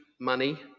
money